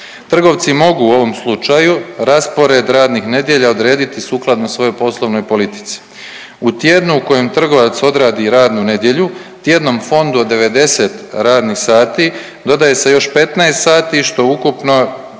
Trgovci mogu u ovom slučaju raspored radnih nedjelja odrediti sukladno svojoj poslovnoj politici. U tjednu u kojem trgovac odradi radnu nedjelju u tjednom fondu od 90 radnih sati dodaje se još 15 sati, što ukupno,